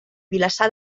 vilassar